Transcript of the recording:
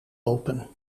open